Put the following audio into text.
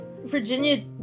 Virginia